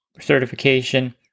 certification